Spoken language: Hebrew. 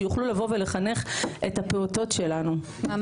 שיוכלו לבוא ולחנך את הפעוטות שלנו תודה.